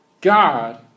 God